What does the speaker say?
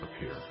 appear